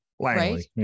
right